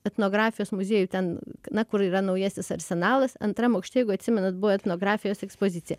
etnografijos muziejuj ten na kur yra naujasis arsenalas antram aukšte jeigu atsimenat buvo etnografijos ekspozicija